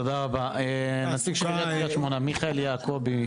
תודה רבה, נציג של קריית שמונה, מיכאל יעקובי.